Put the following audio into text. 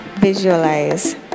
visualize